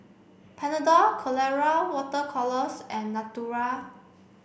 Panadol Colora water colours and Natura